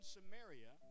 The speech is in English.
Samaria